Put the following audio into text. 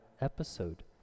episode